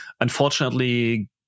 unfortunately